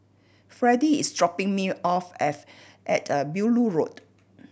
freddy is dropping me off at a Beaulieu Road